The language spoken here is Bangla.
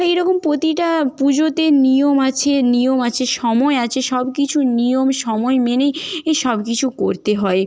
এই রকম প্রতিটা পুজোতে নিয়ম আছে নিয়ম আছে সময় আছে সব কিছু নিয়ম সময় মেনেই এই সব কিছু করতে হয়